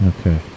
okay